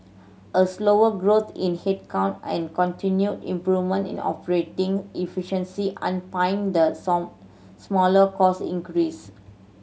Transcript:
a slower growth in headcount and continued improvement in operating efficiency underpinned the smaller cost increase